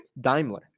Daimler